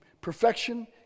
perfection